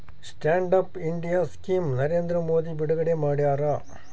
stand up India scheme Narendra Modi ಬಿಡುಗಡೆ ಮಾಡ್ಯಾರ